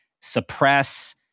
suppress